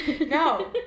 No